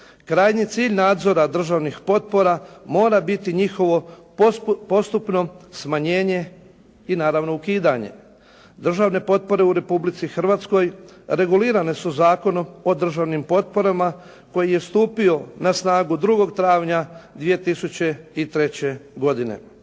Krajnji cilj nadzora državnih potpora mora biti njihovo postupno smanjenje i naravno ukidanje. Državne potpore u Republici Hrvatskoj regulirane su Zakonom o državnim potporama koji je stupio na snagu 2. travnja 2003. godine.